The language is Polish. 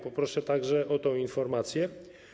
Poproszę także o tę informację.